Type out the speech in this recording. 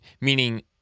meaning